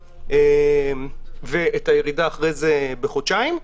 את הירידה אחרי זה בחודשיים.